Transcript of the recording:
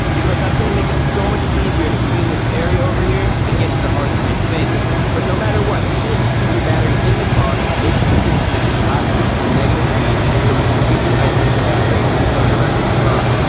because that's going to make it so much easier to clean this area over here, and get to the hard-to-reach spaces. but no matter what even if you keep your battery in the car make sure you disconnect the positive and negative leads so we completely isolate the battery from the rest of the car.